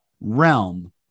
realm